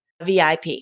VIP